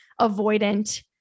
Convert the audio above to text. avoidant